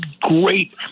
great